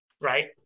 Right